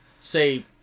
say